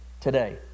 today